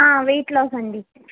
wait loss అండి